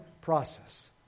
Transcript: process